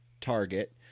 target